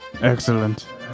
excellent